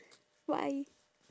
why